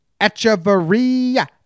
Echeveria